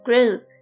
Group